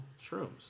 shrooms